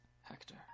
hector